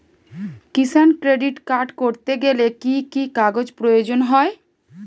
কিষান credit card করতে গেলে কি কি কাগজ প্রয়োজন হয়?